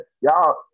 Y'all